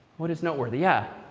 what is noteworthy? yeah?